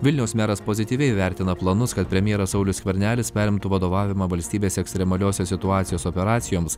vilniaus meras pozityviai vertina planus kad premjeras saulius skvernelis perimtų vadovavimą valstybės ekstremaliosios situacijos operacijoms